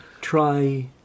try